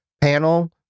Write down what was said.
panel